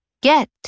Get